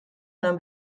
non